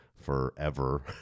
forever